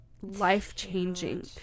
life-changing